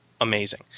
amazing